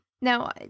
now